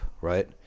right